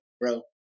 bro